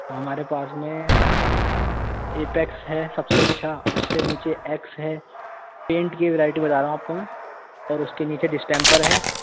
ہمارے پاس میں ایپیکس ہے سب سے اچھا اس سے نیچے ایکس ہے پینٹ کی ورائٹی بتا رہا ہوں آپ کو میں اور اس کے نیچے ڈسٹیمپر ہے